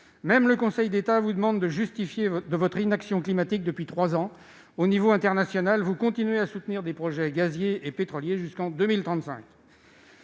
Le Conseil d'État lui-même vous demande de justifier de votre inaction climatique depuis trois ans ! Et au niveau international, vous continuez à soutenir des projets gaziers et pétroliers jusqu'en 2035.